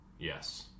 Yes